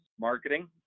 marketing